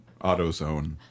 AutoZone